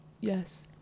Yes